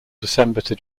december